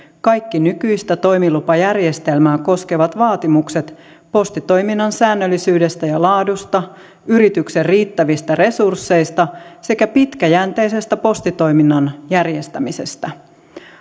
kaikki nykyistä toimilupajärjestelmää koskevat vaatimukset postitoiminnan säännöllisyydestä ja laadusta yrityksen riittävistä resursseista sekä pitkäjänteisestä postitoiminnan järjestämisestä